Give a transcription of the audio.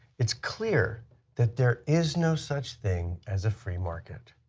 it's clear that there is no such thing as a free market.